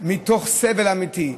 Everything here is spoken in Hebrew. מתוך סבל אמיתי,